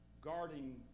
guarding